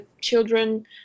children